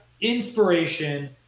inspiration